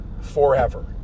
forever